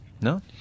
No